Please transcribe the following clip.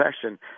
profession